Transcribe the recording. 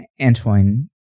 Antoine